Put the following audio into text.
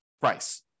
price